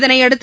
இதனையடுத்து